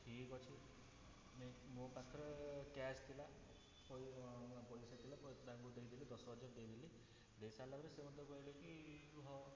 ଠିକ ଅଛି ମେ ମୋ ପାଖରେ କ୍ୟାସ୍ ଥିଲା ପଇ ପଇସା ଥିଲା ପଇସା ତାଙ୍କୁ ଦେଇଦେଲି ଦଶ ହଜାର ଦେଇଦେଲି ଦେଇସାରିଲା ପରେ ସେ ମୋତେ କହିଲେ କି ତୁ ହଁ